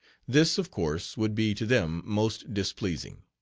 this, of course, would be to them most displeasing.